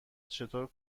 چطور